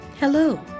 Hello